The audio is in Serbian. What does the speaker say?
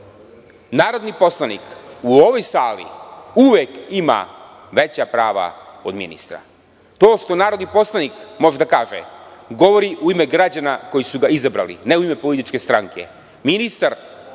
Narodni poslanik u ovoj sali uvek ima veća prava od ministra. To što narodni poslanik može da kaže, govori u ime građana koji su ga izabrali, ne u ime političke stranke.